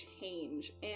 change